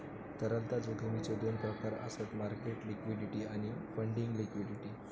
तरलता जोखमीचो दोन प्रकार आसत मार्केट लिक्विडिटी आणि फंडिंग लिक्विडिटी